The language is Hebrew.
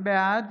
בעד